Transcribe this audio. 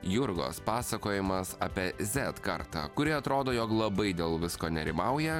jurgos pasakojimas apie zet kartą kuri atrodo jog labai dėl visko nerimauja